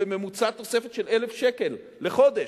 בממוצע תוספת של 1,000 שקל לחודש.